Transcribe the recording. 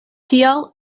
tial